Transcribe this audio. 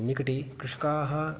निकटे कृषकाः